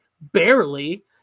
barely